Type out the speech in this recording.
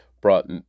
brought